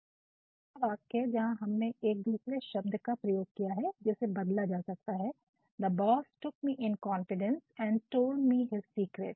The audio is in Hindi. फिर दूसरा वाक्य जहाँ हमने एक दूसरे शब्द का प्रयोग किया है जिसे बदला जा सकता है the boss took me in confidence and told me his secret